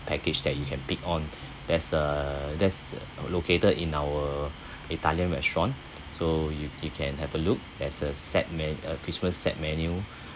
package that you can pick on there's a that's located in our italian restaurant so you you can have a look as a set me~ a christmas set menu